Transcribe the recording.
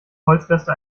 holzreste